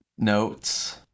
notes